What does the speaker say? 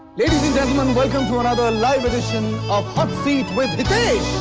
ladies and gentlemen welcome to another live edition of hot seat with